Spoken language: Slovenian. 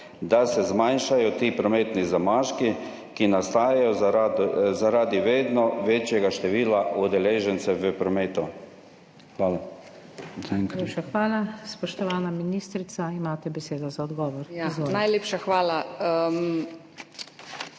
da se zmanjšajo ti prometni zamaški, ki nastajajo zaradi vedno večjega števila udeležencev v prometu? Hvala.